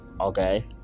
Okay